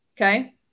Okay